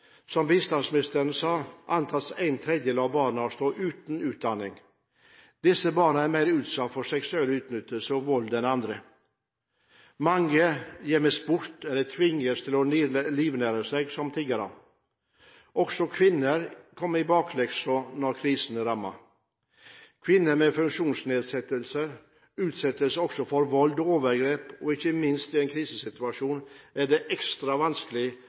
som utviklingsministeren sa, antas en tredjedel av barna å stå uten utdanning. Disse barna er mer utsatt for seksuell utnyttelse og vold enn andre. Mange gjemmes bort eller tvinges til å livnære seg som tiggere. Også kvinner kommer i bakleksen når krisene rammer. Kvinner med funksjonsnedsettelser utsettes også for vold og overgrep, og ikke minst i en krisesituasjon er det ekstra vanskelig